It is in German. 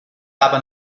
aber